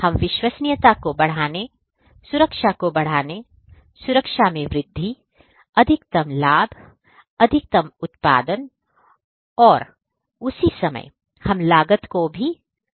हम विश्वसनीयता को बढ़ाने सुरक्षा को बढ़ाने सुरक्षा में वृद्धि अधिकतम लाभ अधिकतम उत्पादन और पर उसी समय हम लागत को कम करने जा रहे हैं